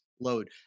load